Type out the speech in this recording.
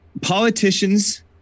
politicians